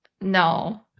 No